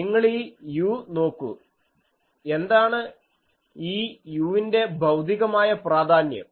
നിങ്ങളീ u നോക്കൂ എന്താണ് ഈ u ൻ്റെ ഭൌതികമായ പ്രാധാന്യം